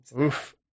Oof